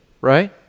right